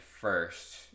first